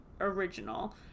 original